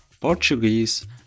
Portuguese